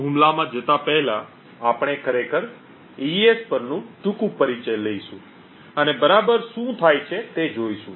તો હુમલામાં જતા પહેલા આપણે ખરેખર એઇએસ પર ટૂંકું પરિચય લઈશું અને બરાબર શું થાય છે તે જોઈશું